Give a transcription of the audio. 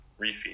refeed